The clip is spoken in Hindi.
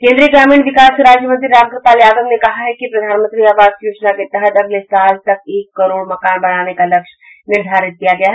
केन्द्रीय ग्रामीण विकास राज्यमंत्री राम कृपाल यादव ने कहा कि प्रधानमंत्री आवास योजना के तहत अगले साल तक एक करोड़ मकान बनाने का लक्ष्य निर्धारित किया गया है